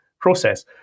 process